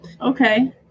Okay